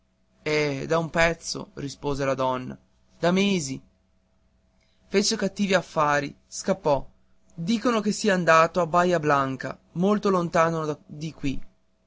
eh da un pezzo rispose la donna da mesi fece cattivi affari scappò dicono che sia andato a bahia blanca molto lontano di qui